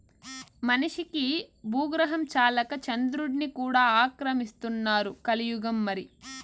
మనిషికి బూగ్రహం చాలక చంద్రుడ్ని కూడా ఆక్రమిస్తున్నారు కలియుగం మరి